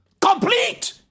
complete